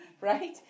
right